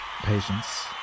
patience